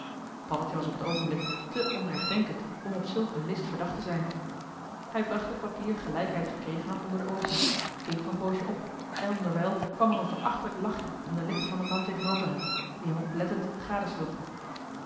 paddeltje was op t oogenblik te onergdenkend om op zulk een list verdacht te zijn hij bracht het papier gelijk hij het gekregen had onder de oogen keek er een poosje op en onderwijl kwam er een verachtelijk lachje om de lippen van den man tegenover hem die hem oplettend